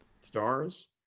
Stars